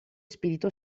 spirito